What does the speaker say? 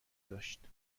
داشت